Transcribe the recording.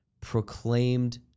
proclaimed